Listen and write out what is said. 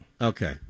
Okay